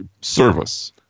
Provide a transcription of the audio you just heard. service